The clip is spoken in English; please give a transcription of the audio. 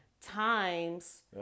times